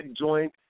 joint